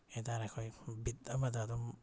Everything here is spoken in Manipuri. ꯀꯩꯍꯥꯏꯇꯥꯔꯦ ꯑꯩꯈꯣꯏ ꯕꯤꯠ ꯑꯃꯗ ꯑꯗꯨꯝ